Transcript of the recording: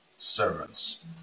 Servants